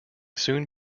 soon